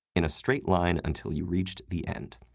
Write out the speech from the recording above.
in a straight line until you reached the end.